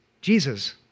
Jesus